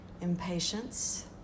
impatience